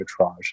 arbitrage